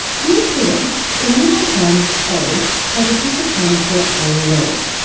dear prudence. one of my friends a has a piece of furniture i loathe.